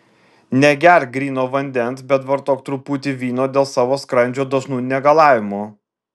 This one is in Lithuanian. negerk gryno vandens bet vartok truputį vyno dėl savo skrandžio dažnų negalavimų